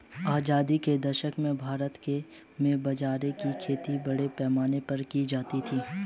आजादी के दशक में भारत में बाजरे की खेती बड़े पैमाने पर की जाती थी